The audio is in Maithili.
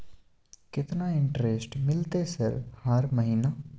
केतना इंटेरेस्ट मिलते सर हर महीना?